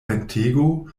ventego